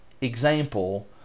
example